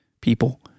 people